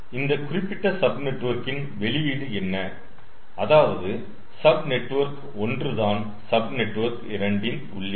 இந்த குறிப்பிட்ட சப் நெட்வொர்க்கின் வெளியீடு என்ன அதாவது சப் நெட்வொர்க் 1 தான் சப் நெட்வொர்க் 2 இன் உள்ளீடு